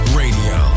radio